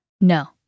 No